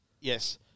Yes